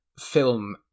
film